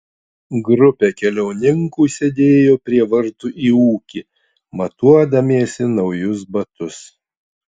grupė keliauninkų sėdėjo prie vartų į ūkį matuodamiesi naujus batus